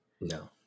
No